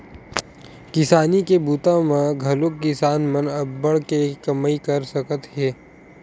किसानी के बूता म घलोक किसान मन अब्बड़ के कमई कर सकत हे